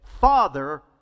Father